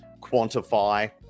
Quantify